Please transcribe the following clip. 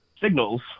signals